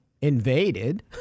invaded